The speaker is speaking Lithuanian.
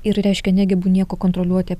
ir reiškia negebu nieko kontroliuoti